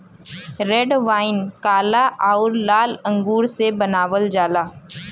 red wine काला आउर लाल अंगूर से बनावल जाला